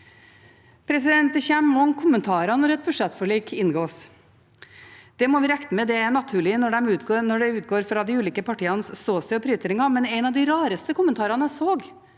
Det kommer mange kommentarer når et budsjettforlik inngås. Det må vi regne med, det er naturlig når det utgår fra de ulike partienes ståsted og prioriteringer. En av de rareste kommentarene jeg så,